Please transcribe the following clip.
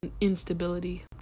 instability